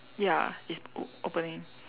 ya it's o~ opening